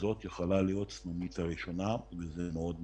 שזו יכולה להיות הסנונית הראשונה וזה מאוד מסוכן.